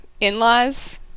in-laws